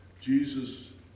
Jesus